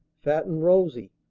fat and rosy.